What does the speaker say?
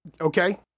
Okay